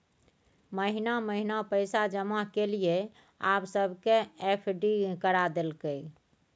महिना महिना पैसा जमा केलियै आब सबके एफ.डी करा देलकै